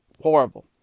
horrible